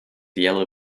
yellow